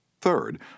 Third